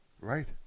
Right